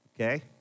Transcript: okay